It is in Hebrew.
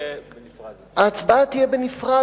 ההצבעה תהיה בנפרד.